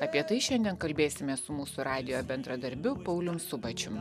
apie tai šiandien kalbėsimės su mūsų radijo bendradarbiu paulium subačium